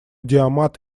диамат